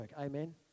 amen